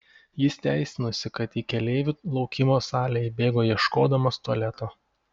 jis teisinosi kad į keleivių laukimo salę įbėgo ieškodamas tualeto